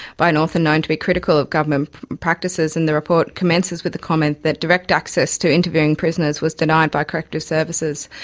by an author known to be critical of government practices, and the report commences with a comment that direct access to interviewing prisoners was denied by corrective services.